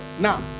now